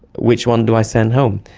which one do i send home?